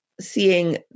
seeing